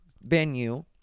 venue